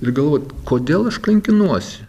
ir galvot kodėl aš kankinuosi